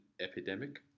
epidemic